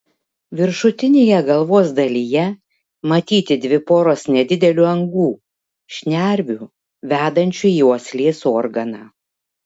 viršutinėje galvos dalyje matyti dvi poros nedidelių angų šnervių vedančių į uoslės organą